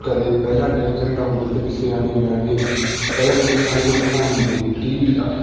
ਕਦੇ ਪਹਿਲਾਂ ਟਾਈਮ ਚੰਗਾ ਹੁੰਦਾ ਸੀ ਵੀ ਸਿਆਣੇ ਬਿਆਣੇ ਪਹਿਲਾਂ ਟਾਈਮ ਸਿਆਣੇ ਕੋਲ ਫੋਨ ਨਹੀਂ ਤੇ ਟੀ ਵੀ ਤਾ